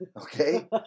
Okay